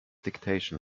dictation